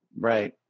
right